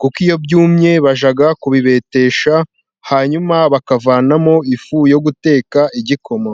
kuko iyo byumye bajya kubibetesha hanyuma bakavanamo ifu yo guteka igikoma.